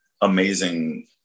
amazing